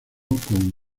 con